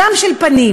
גם של פנים,